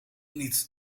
niet